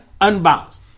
unbalanced